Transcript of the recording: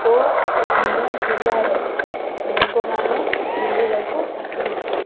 ଓ ଅନ୍ୟ ଜିଲ୍ଲାର ଲୋକମାନେ ବୁଲିବାକୁ ଆସନ୍ତି